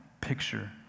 picture